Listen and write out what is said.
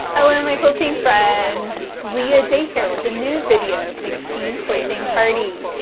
hello my quilting friends. leah day here with a new video for the machine quilting party.